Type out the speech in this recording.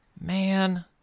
man